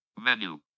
Menu